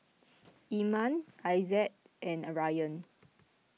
Iman Aizat and Ryan